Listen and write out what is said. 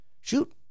shoot